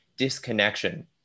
Disconnection